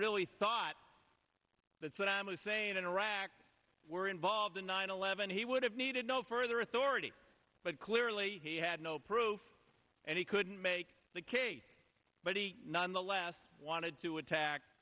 really thought that saddam hussein and iraq were involved in nine eleven he would have needed no further authority but clearly he had no proof and he couldn't make the case but he not in the last wanted to attack